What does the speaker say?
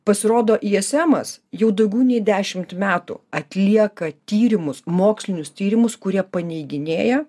pasirodo ismas jau daugiau nei dešimt metų atlieka tyrimus mokslinius tyrimus kurie paneiginėja